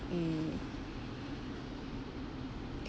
mm